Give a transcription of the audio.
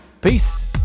Peace